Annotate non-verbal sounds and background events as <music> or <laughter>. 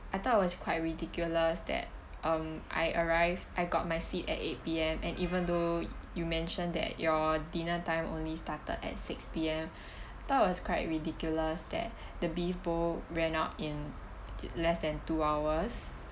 I thought it was quite ridiculous that um I arrived I got my seat at eight P_M and even though you mentioned that your dinner time only started at six P_M <breath> I thought it was quite ridiculous that the beef bowl ran out in less than two hours